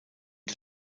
der